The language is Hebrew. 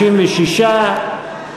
36,